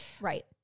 Right